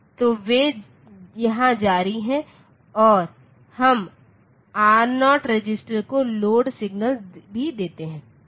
तो वे यहां जारी हैं और हम आर 0 रजिस्टर को लोड सिग्नल भी देते हैं